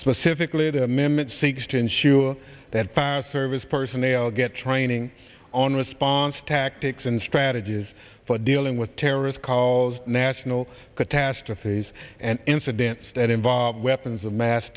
specifically to mimic seeks to ensure that fire service personnel get training on response tactics and strategies for dealing with terrorist calls national catastrophes and incidents that involve weapons of mass